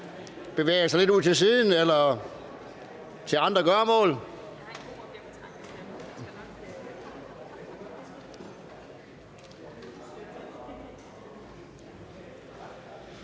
bevæge sig lidt ud til siden eller til andre gøremål?